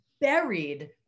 buried